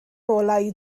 ngolau